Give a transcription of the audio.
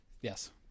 Yes